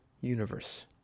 universe